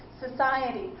society